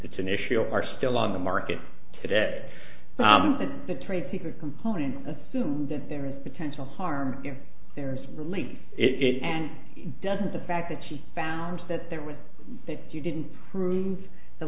it's an issue are still on the market today that the trade secret component assume that there is potential harm you there's really it and doesn't the fact that she found that there was that you didn't prove the